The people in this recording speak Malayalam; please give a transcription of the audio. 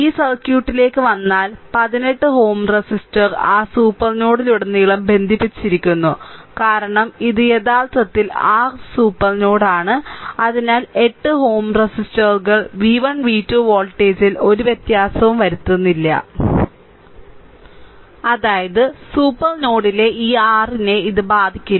ഈ സർക്യൂട്ടിലേക്ക് വന്നാൽ 1 8 Ω റെസിസ്റ്റർ ആ സൂപ്പർ നോഡിലുടനീളം ബന്ധിപ്പിച്ചിരിക്കുന്നു കാരണം ഇത് യഥാർത്ഥത്തിൽ r സൂപ്പർ നോഡാണ് അതിനാൽ 8 Ω റെസിസ്റ്ററുകൾ v1 v2 വോൾട്ടേജിൽ ഒരു വ്യത്യാസവും വരുത്തുന്നില്ല അതായത് സൂപ്പർ നോഡിലെ ഈ r നെ ഇത് ബാധിക്കില്ല